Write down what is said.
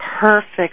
perfect